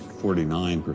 forty nine.